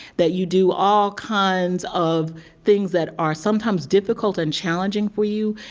that you do all kinds of things that are sometimes difficult and challenging for you,